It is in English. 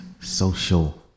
social